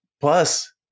Plus